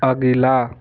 अगिला